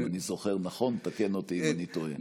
אם אני זוכר נכון, תקן אותי אם אני טועה.